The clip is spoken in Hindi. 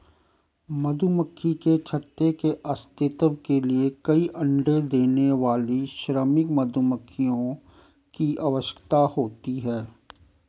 मधुमक्खी के छत्ते के अस्तित्व के लिए कई अण्डे देने वाली श्रमिक मधुमक्खियों की आवश्यकता होती है